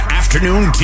afternoon